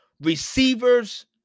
receivers